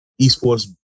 esports